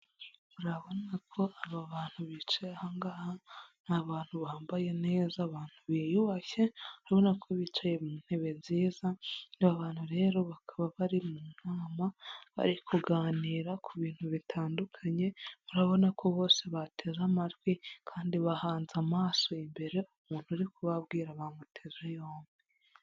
Urabona ko aba bantu bicaye aha ngaha ni abantu bambaye neza, abantu biyubashye, urabona ko bicaye mu ntebe nziza. Aba bantu rero bakaba bari mu nama barikuganira ku bintu bitandukanye, murabona ko bose bateze amatwi kandi bahanze amaso imbere umuntu urikubabwira bamuteze yombi.